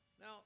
Now